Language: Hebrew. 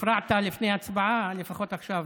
הפרעת לפני הצבעה, לפחות עכשיו.